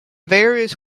various